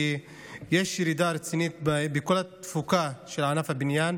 כי יש ירידה רצינית בכל התפוקה של ענף הבניין.